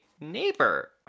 neighbor